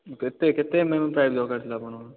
କେତେ କେତେ M M pipe ଦରକାର ଥିଲା ଆପଣଙ୍କର